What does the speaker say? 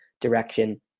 direction